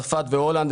צרפת והולנד,